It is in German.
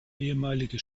ehemalige